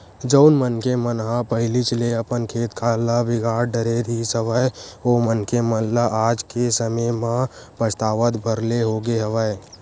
जउन मनखे मन ह पहिलीच ले अपन खेत खार ल बिगाड़ डरे रिहिस हवय ओ मनखे मन ल आज के समे म पछतावत भर ले होगे हवय